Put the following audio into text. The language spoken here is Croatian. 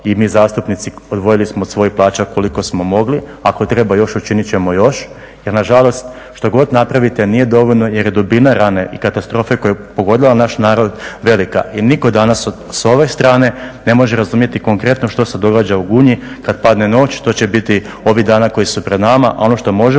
i mi zastupnici odvojili smo od svojih plaća koliko smo mogli, ako treba još, učiniti ćemo još jer nažalost što god napravite nije dovoljno jer je dubina rane i katastrofe koja je pogodila naš narod velika i nitko danas s ove strane ne može razumjeti konkretno što se događa u Gunji kad padne noć, što će biti ovih dana koji su pred nama. Ono što možemo